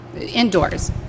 indoors